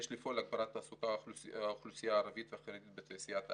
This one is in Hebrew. יש לפעול להגברת התעסוקה של האוכלוסייה הערבית והחרדית בתעשיית ההיי-טק.